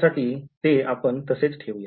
साठी ते आपण तसेच ठेवूया